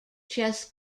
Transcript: chess